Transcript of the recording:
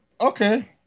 Okay